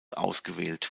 ausgewählt